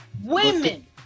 Women